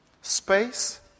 Space